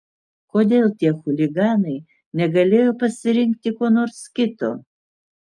kodėl tie chuliganai negalėjo pasirinkti ko nors kito